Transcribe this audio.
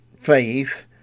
faith